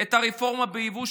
את הרפורמה ביבוא,